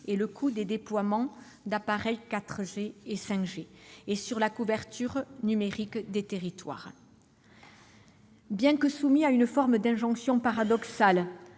et le coût des déploiements d'appareils 4G et 5G et sur la couverture numérique des territoires. Bien que soumis à une forme d'injonction paradoxale,